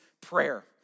prayer